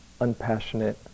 unpassionate